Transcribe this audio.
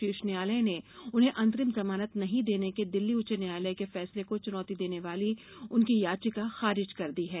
शीर्ष न्यायालय ने उन्हें अंतरिम जमानत नहीं देने के दिल्ली उच्च न्यायालय के फैसले को चुनौती देने वाली उनकी याचिका खारिज कर दी है